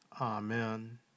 Amen